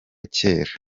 kera